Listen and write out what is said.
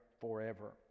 forever